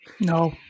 No